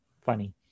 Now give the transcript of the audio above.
funny